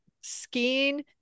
skiing